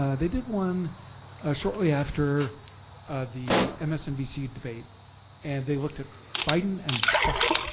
um they did one shortly after the msnbc debate and they looked at biden and busing.